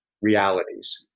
realities